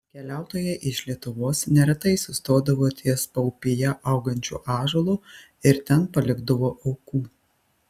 keliautojai iš lietuvos neretai sustodavo ties paupyje augančiu ąžuolu ir ten palikdavo aukų